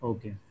Okay